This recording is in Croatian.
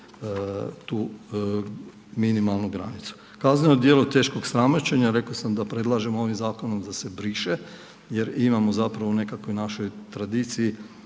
tu minimalnu granicu. Kazneno djelo teškog sramoćenja, rekao sam da predlažemo ovim zakonom da se briše jer imamo zapravo u nekakvoj našoj tradiciji